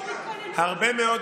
חבר'ה, להוריד